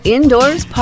Indoors